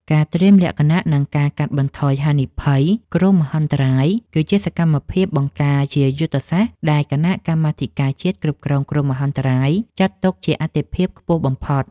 ការត្រៀមលក្ខណៈ និងការកាត់បន្ថយហានិភ័យគ្រោះមហន្តរាយ គឺជាសកម្មភាពបង្ការជាយុទ្ធសាស្ត្រដែលគណៈកម្មាធិការជាតិគ្រប់គ្រងគ្រោះមហន្តរាយ ចាត់ទុកជាអាទិភាពខ្ពស់បំផុត។